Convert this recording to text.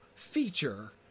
feature